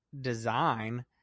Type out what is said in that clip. design